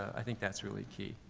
i think that's really key.